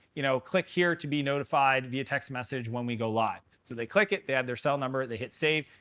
you know, click here to be notified via text message when we go live. so they click it. they add their cell number. they hit save.